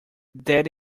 that